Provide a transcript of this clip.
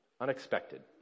Unexpected